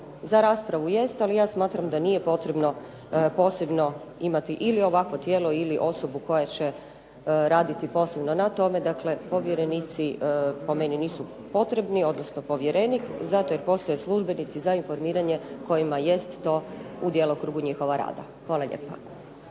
za raspravu jeste, ali ja smatram da nije potrebno posebno imati ili ovakvo tijelo ili osobu koja će raditi posebno na tome. Dakle, povjerenici po meni nisu potrebni odnosno povjerenik zato jer postoje službenici za informiranje kojima jest to u djelokrugu njihova rada. Hvala lijepa.